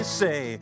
say